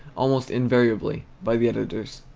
almost invariably, by the editors.